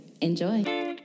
Enjoy